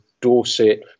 Dorset